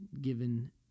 given